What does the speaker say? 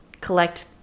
collect